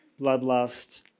bloodlust